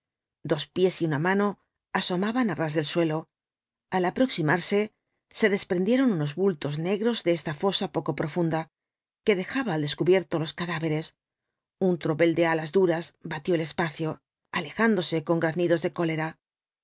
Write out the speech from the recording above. dos pies y una mano asomaban á ras del suelo al aproximarse se desprendieron unos bultos negros de esta fosa poco profunda que dejaba al descubierto los cadáveres un tropel de alas duras batió el espacio alejándose con graznidos de cólera